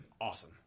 Awesome